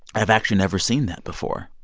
i've actually never seen that before,